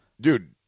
dude